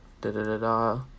da-da-da-da